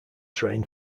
train